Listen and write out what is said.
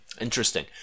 Interesting